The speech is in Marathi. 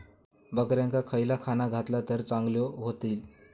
बकऱ्यांका खयला खाणा घातला तर चांगल्यो व्हतील?